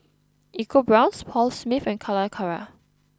EcoBrown's Paul Smith and Calacara